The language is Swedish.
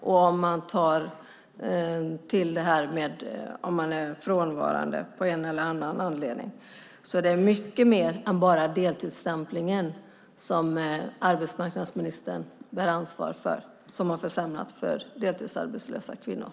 Om man räknar med personer som är frånvarande av en eller annan anledning är det mycket mer än bara deltidsstämplingen som har försämrat för deltidsarbetslösa kvinnor och som arbetsmarknadsministern bär ansvar för.